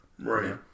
Right